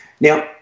Now